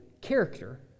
character